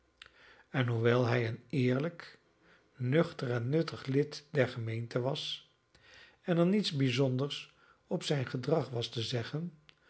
en hoewel hij een eerlijk nuchter en nuttig lid der gemeente was en er niets bijzonders op zijn gedrag was te zeggen